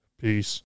Peace